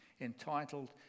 entitled